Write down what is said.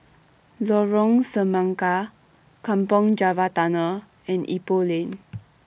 Lorong Semangka Kampong Java Tunnel and Ipoh Lane